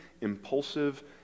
impulsive